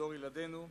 דור ילדינו.